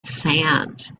sand